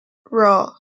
raw